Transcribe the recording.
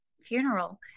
funeral